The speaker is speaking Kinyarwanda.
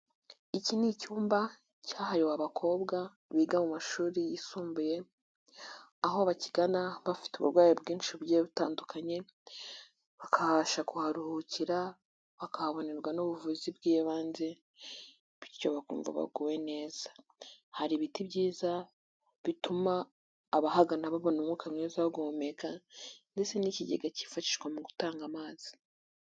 Iki ni icyumba cyahariwe abakobwa biga mu mashuri yisumbuye, aho bakigana bafite uburwayi bwinshi bugiye butandukanye bakabasha kuharuhukira bakahabonerwa n'ubuvuzi bw'ibanze bityo bakumva baguwe neza, hari ibiti byiza bituma abahagana babona umwuka mwiza wo guhumeka ndetse n'ikigega kifashishwa mu gutanga amazi.